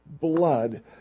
blood